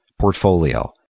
portfolio